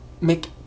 make